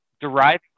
deriving